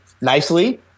nicely